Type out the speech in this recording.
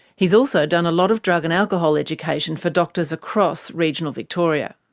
he's also done a lot of drug and alcohol education for doctors across regional victoria.